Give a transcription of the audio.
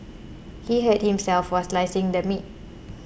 he hurt himself while slicing the meat